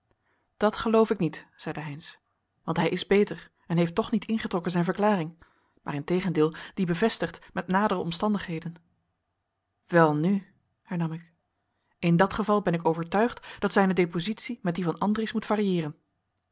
dat geloof ik niet zeide heynsz want hij is beter en heeft toch niet ingetrokken zijn verklaring maar integendeel die bevestigd met nadere omstandigheden welnu hernam ik in dat geval ben ik overtuigd dat zijne depositie met die van andries moet variëeren